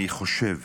אני חושב